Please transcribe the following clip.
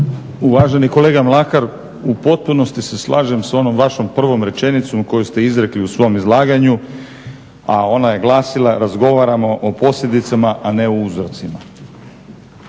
Uvaženi kolega Mlakar, u potpunosti se slažem s onom vašom prvom rečenicom koju ste izrekli u svom izlaganju, a ona je glasila razgovaramo o posljedicama, a ne o uzrocima.